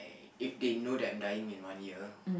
if they know that I'm dying in one year